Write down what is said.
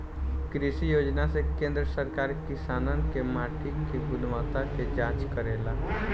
कृषि योजना से केंद्र सरकार किसानन के माटी के गुणवत्ता के जाँच करेला